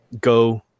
go